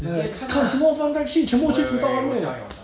like 看什么 fund fact sheet 全部去读到外面